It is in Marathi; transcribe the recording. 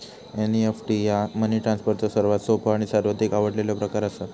एन.इ.एफ.टी ह्या मनी ट्रान्सफरचो सर्वात सोपो आणि सर्वाधिक आवडलेलो प्रकार असा